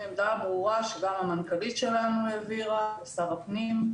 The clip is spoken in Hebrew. עמדה ברורה שגם המנכ"לית שלנו העבירה לשר הפנים.